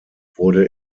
wurde